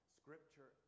scripture